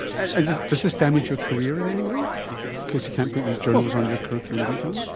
and does this damage your career in any way because you can't put these journals on your curriculum vitae?